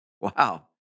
Wow